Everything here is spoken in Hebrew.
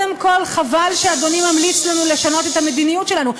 חבל שאדוני ממליץ לנו לשנות את המדיניות שלנו.